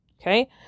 Okay